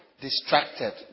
Distracted